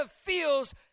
feels